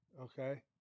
Okay